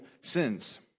sins